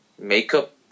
makeup